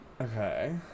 Okay